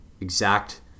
exact